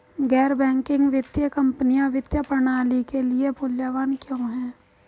गैर बैंकिंग वित्तीय कंपनियाँ वित्तीय प्रणाली के लिए मूल्यवान क्यों हैं?